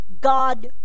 God